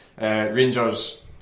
Rangers